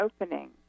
opening